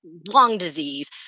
lung disease.